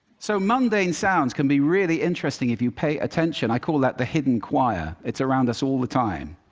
so, mundane sounds can be really interesting if you pay attention. i call that the hidden choir it's around us all the time.